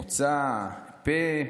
מוצא פה.